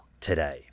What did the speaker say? today